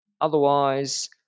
Otherwise